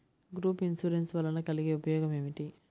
Group insurance వలన కలిగే ఉపయోగమేమిటీ?